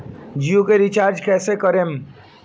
जियो के रीचार्ज कैसे करेम?